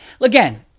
again